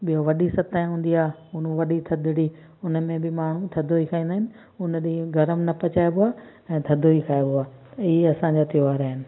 ॿियो वॾी सतह हूंदी आहे वॾी थधिड़ी उन में बि माण्हू थधो ई खाईंदा आहिनि उन ॾींहुं गरमु न पचाइबो आहे ऐं थधो ई खाइबो आहे इहे असांजा त्योहार आहिनि